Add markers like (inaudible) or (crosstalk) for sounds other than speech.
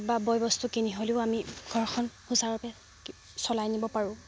বা বয় বস্তু কিনি হ'লেও আমি ঘৰখন সূচাৰুৰূপে (unintelligible) চলাই নিব পাৰোঁ